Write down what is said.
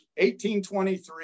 1823